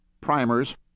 primers